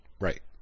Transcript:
Right